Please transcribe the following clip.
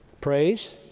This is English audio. Praise